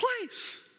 place